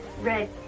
red